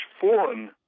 foreign